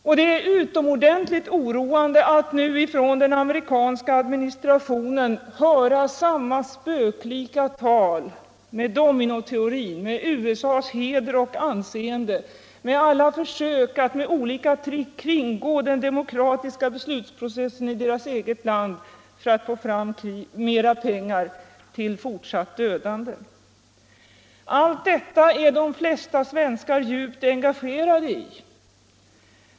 Och det är utomordentligt oroande att nu från den amerikanska administrationen höra samma spöklika tal med dominoteorin, med USA:s heder och anseende, alla försök att med olika trick kringgå den demokratiska beslutsprocessen i det egna landet för att få fram mera pengar till fortsatt dödande. Allt detta är de flesta svenskar djupt engagerade i.